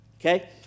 Okay